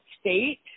state